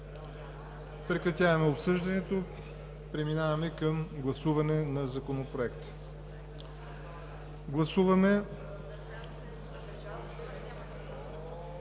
Прекратяваме обсъждането и преминаваме към гласуване на Законопроекта. Гласуваме